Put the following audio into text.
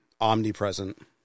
omnipresent